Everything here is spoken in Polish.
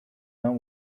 nam